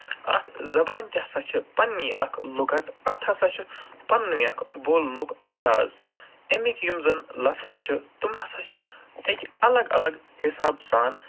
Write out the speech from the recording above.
اَتھ زَبانہِ تہِ ہسا چھِ پنٛنی اکھ لُغت تَتھ ہسا چھُ پنٛنُے اکھ بولنُک اَندازٕ اَمِکۍ یِم زَن لَفظ چھِ تِم ہسا چھِ تَتہِ اَلگ اَلگ حِسابہٕ سان